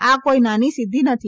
આ કોઈ નાની સિધ્ધી નથી